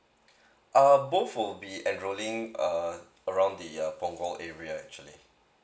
uh both would be enrolling uh around the uh punggol area actually